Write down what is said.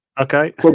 okay